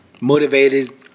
motivated